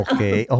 Okay